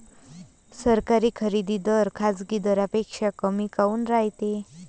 सरकारी खरेदी दर खाजगी दरापेक्षा कमी काऊन रायते?